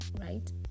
right